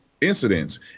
incidents